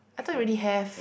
I thought you already have